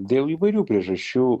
dėl įvairių priežasčių